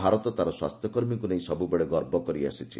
ଭାରତ ତାର ସ୍ୱାସ୍ଥ୍ୟ କର୍ମୀଙ୍କୁ ନେଇ ସବୁବେଳେ ଗର୍ବ କରି ଆସିଛି